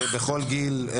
בכל גיל.